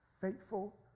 faithful